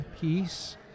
peace